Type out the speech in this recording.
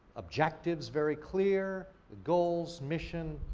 objectives very clear, goals, mission,